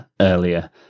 earlier